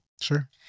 Sure